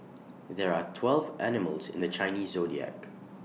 there are twelve animals in the Chinese Zodiac